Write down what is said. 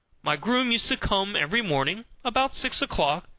my groom used to come every morning about six o'clock,